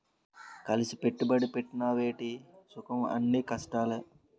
కలిసి పెట్టుబడి పెట్టినవ్ ఏటి సుఖంఅన్నీ నష్టాలే